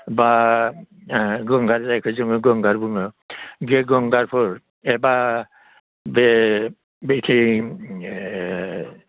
बा गंगार जायखौ जोङो गंगार बुङो बे गंगारफोर एबा बे बैथिं